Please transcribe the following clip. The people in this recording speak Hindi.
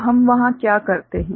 तो हम वहां क्या करते हैं